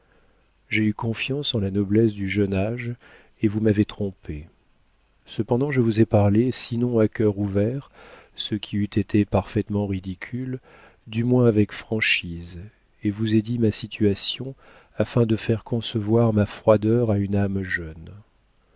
j'ai eu confiance en la noblesse du jeune âge et vous m'avez trompée cependant je vous ai parlé sinon à cœur ouvert ce qui eût été parfaitement ridicule du moins avec franchise et vous ai dit ma situation afin de faire concevoir ma froideur à une âme jeune